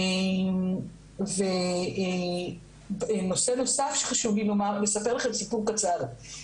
אני אספר לכם סיפור קצר,